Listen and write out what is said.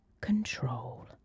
control